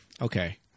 okay